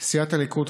סיעת הליכוד,